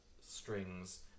strings